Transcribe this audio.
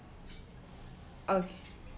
okay